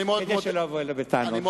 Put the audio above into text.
כדי שלא יבוא אלי בטענות.